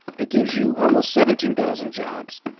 it gives you almost seventeen thousand jobs,